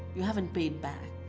you haven't paid back.